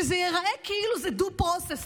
שזה ייראה כאילו זה Due Process.